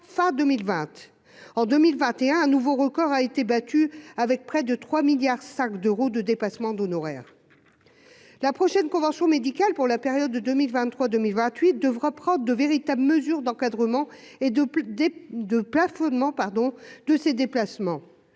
fin 2020 en 2021, nouveau record a été battu, avec près de 3 milliards sacs d'euro de dépassement d'honoraires, la prochaine convention médicale pour la période 2023 2028 devra prendre de véritables mesures d'encadrement et de plus des 2 plafonnement pardon de ses déplacements,